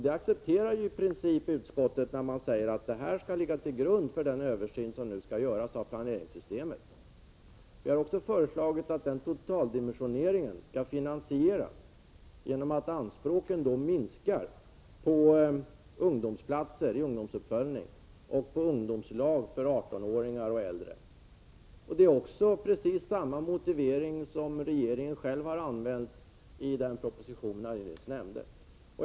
Det accepterar i princip utskottet, som säger att detta skall ligga till grund för den översyn som nu skall göras av planeringssystemet. Vi har även föreslagit att denna totaldimensionering skall finansieras genom att anspråken minskar på ungdomsplatser i ungdomsuppföljning och på ungdomslag för 18-åringar och äldre. Det är precis samma motivering som regeringen själv har använt i den proposition som jag nyss nämnde.